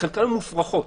שחלקן מופרכות.